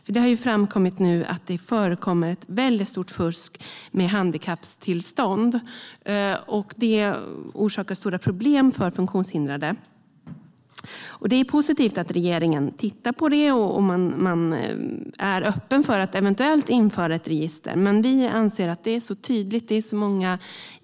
Det har nämligen framkommit att det förekommer ett mycket stort fusk med handikapptillstånd, vilket orsakar stora problem för funktionshindrade. Det är positivt att regeringen tittar på det och är öppen för att eventuellt införa ett register. Men vi anser att det är så tydligt att det behövs.